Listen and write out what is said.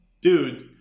dude